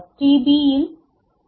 B யில் S